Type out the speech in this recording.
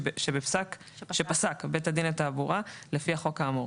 שפסק בית דין לתעבורה לפי החוק האמור",